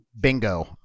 Bingo